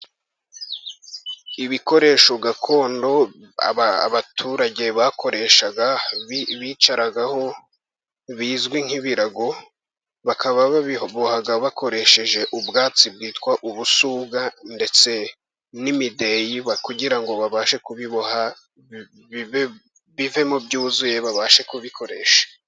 Ibikoresho gakondo abaturage bakoreshaga bicaragaho bizwi nk'ibirago, bakaba babiboha bakoresheje ubwatsi bwitwa ubusuna ndetse n'imideli, kugira ngo babashe kubiboha bivemo byuzuye babashe kubikoresha.